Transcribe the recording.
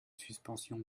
suspension